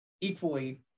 equally